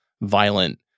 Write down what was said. violent